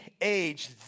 age